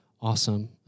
awesome